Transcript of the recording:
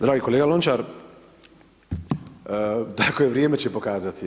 Dragi kolega Lončar, tako je, vrijeme će pokazati.